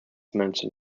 mention